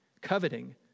coveting